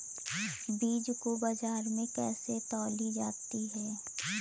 बीज को बाजार में कैसे तौली जाती है?